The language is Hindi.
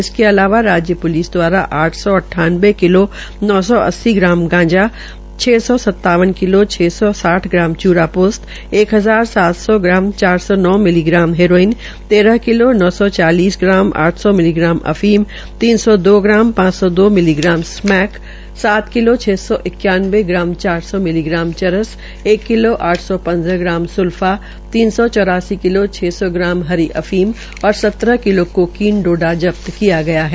इसके अतिरिक्त राज्य प्लिस दवारा आठ सौ अठानबे किलो नौ सौ अस्सी ग्राम गांजा छ सौ सतावन किलो छ सौ साठ ग्राम च्रापोस्त एक हजार सात सौ दस ग्राम चार सौ नौ मिली ग्राम हेरोइन तेरह किलो नौ सौ चालीस ग्राम आठ सौ मिलीग्राम अफीम तीन सौ दो ग्राम पांच सौ मिली ग्राम स्मैक सात किलो छ सौ इक्यावनबे ग्राम चार सौं मिलीग्राम चरस एक किलो आठ सौ पन्द्रह ग्राम सुल्फा तीन सौ चौरासी मिलो छ सौ ग्राम हरी अफीम और सत्रह कोकीन डोडा जब्त किया है